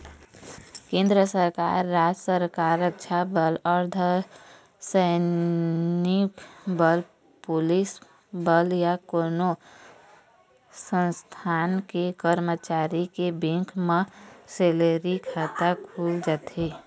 केंद्र सरकार, राज सरकार, रक्छा बल, अर्धसैनिक बल, पुलिस बल या कोनो संस्थान के करमचारी के बेंक म सेलरी खाता खुल जाथे